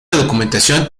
documentación